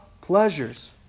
pleasures